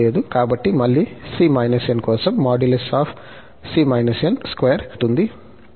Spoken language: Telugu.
కాబట్టి మళ్ళీ c−n కోసం | c−n | 2 అవుతుంది